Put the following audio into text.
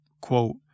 quote